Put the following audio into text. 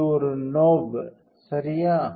இது ஒரு நோப் சரியா